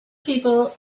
people